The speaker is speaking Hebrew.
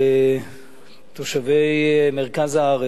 תושבי מרכז הארץ,